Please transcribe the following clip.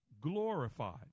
glorified